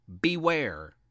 Beware